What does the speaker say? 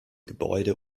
gebäude